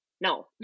no